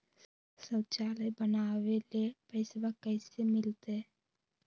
शौचालय बनावे ले पैसबा कैसे मिलते?